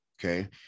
Okay